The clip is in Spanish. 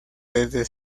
desde